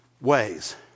ways